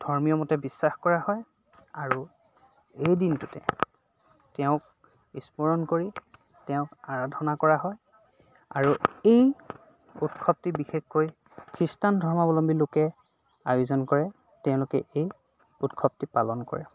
ধৰ্মীয় মতে বিশ্বাস কৰা হয় আৰু এই দিনটোতে তেওঁক স্মৰণ কৰি তেওঁক আৰাধনা কৰা হয় আৰু এই উৎসৱটি বিশেষকৈ খ্ৰীষ্টান ধৰ্মাৱলম্বী লোকে আয়োজন কৰে তেওঁলোকে এই উৎসৱটি পালন কৰে